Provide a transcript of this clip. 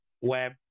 web